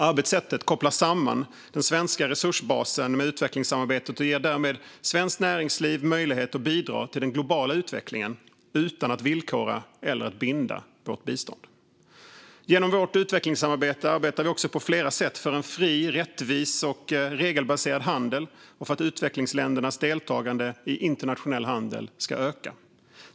Arbetssättet kopplar samman den svenska resursbasen med utvecklingssamarbetet och ger därmed svenskt näringsliv möjlighet att bidra till den globala utvecklingen - utan att villkora eller binda vårt bistånd. Genom vårt utvecklingssamarbete arbetar vi också på flera sätt för en fri, rättvis och regelbaserad handel och för att utvecklingsländernas deltagande i internationell handel ska öka.